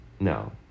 No